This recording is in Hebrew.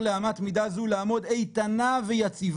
לצערי הרב,